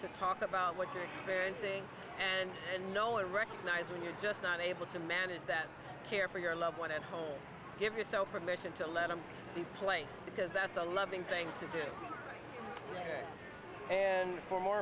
to talk about what you're experiencing and know recognize when you're just not able to manage that care for your loved one at home give yourself permission to let them be placed because that's a loving thing to do and for more